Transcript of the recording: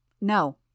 No